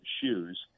shoes